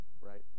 right